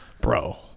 Bro